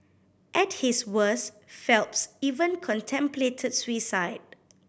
at his worst Phelps even contemplated suicide